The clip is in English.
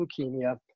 leukemia